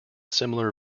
similar